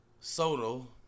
Soto